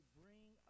bring